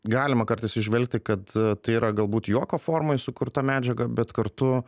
galima kartais įžvelgti kad e tai yra galbūt juoko formoj sukurta medžiaga bet kartu